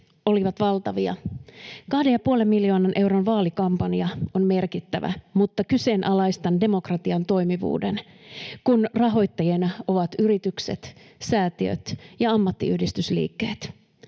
olivat valtavia. Kahden ja puolen miljoonan euron vaalikampanja on merkittävä, mutta kyseenalaistan demokratian toimivuuden, kun rahoittajina ovat yritykset, säätiöt ja ammattiyhdistysliikkeet.